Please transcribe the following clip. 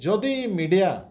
ଯଦି ମିଡ଼ିଆ